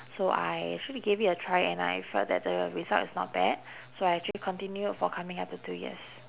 so I actually gave it a try and I felt that the result is not bad so I actually continued for coming up to two years